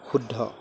শুদ্ধ